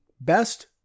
best